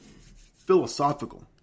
philosophical